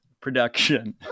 production